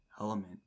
element